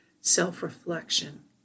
self-reflection